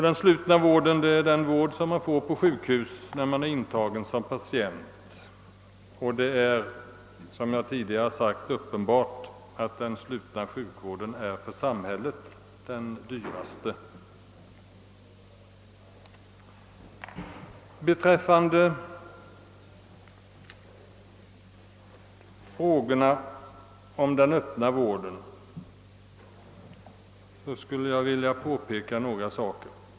Den slutna vården är den vård som man får på sjukhus när man är intagen som patient. Det är som jag tidigare sagt uppenbart att den slutna vården är den dyraste för samhället. Beträffande den öppna vården skulle jag vilja påpeka några saker.